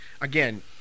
again